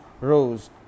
rose